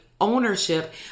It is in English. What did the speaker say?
ownership